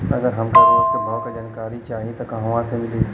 अगर हमके रोज के भाव के जानकारी चाही त कहवा से मिली?